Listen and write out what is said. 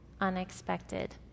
unexpected